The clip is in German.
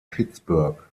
pittsburgh